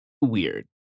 weird